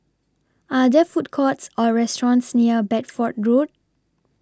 Are There Food Courts Or restaurants near Bedford Road